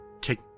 take